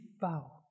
bow